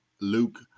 Luke